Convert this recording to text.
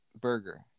burger